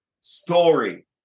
story